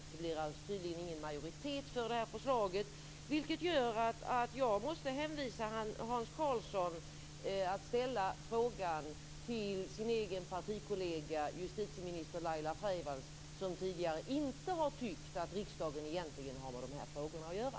Det blir alltså ingen majoritet för det förslaget, vilket gör att jag måste hänvisa Hans Karlsson att ställa frågan till sin egen partikollega justitieminister Laila Freivalds, som tidigare inte har tyckt att riksdagen egentligen har med de här frågorna att göra.